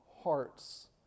hearts